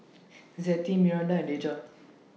Zettie Miranda and Deja